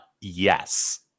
Yes